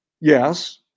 Yes